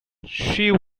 she